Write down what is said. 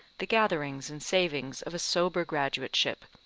the gatherings and savings of a sober graduateship,